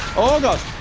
oh god